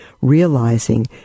realizing